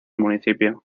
municipio